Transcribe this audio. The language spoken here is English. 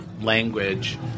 language